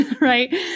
right